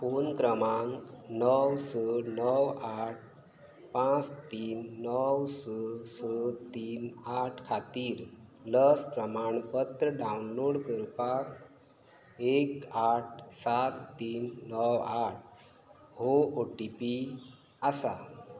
phone क्रमांक णव स णव आठ पांच तीन णव स स तीन आठ खातीर लस प्रमाणपत्र डावनलोड करपाक एक आठ सात तीन णव आठ हो ओ टी पी आसा